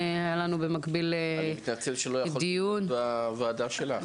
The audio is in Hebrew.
היה לנו במקביל עוד דיון --- אני מתנצל שלא יכולתי להיות בוועדה שלך.